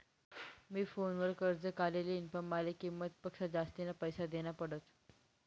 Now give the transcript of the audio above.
मी फोनवर कर्ज काढी लिन्ह, पण माले किंमत पक्सा जास्तीना पैसा देना पडात